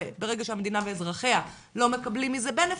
וברגע שהמדינה ואזרחיה לא מקבלים מזה בנפיט,